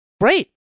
Great